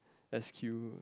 s_q